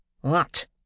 What